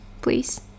please